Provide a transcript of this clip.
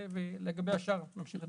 לגבי השאר נמשיך לדון.